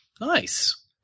Nice